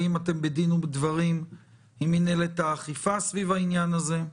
האם אתם בדין ודברים עם מינהלת האכיפה סביב העניין הזה?